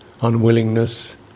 unwillingness